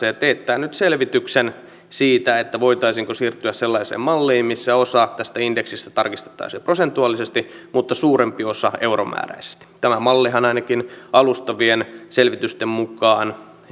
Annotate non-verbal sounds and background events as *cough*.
*unintelligible* ja teettää selvityksen siitä voitaisiinko siirtyä sellaiseen malliin missä osa tästä indeksistä tarkistettaisiin prosentuaalisesti mutta suurempi osa euromääräisesti tämä mallihan ainakin alustavien selvitysten mukaan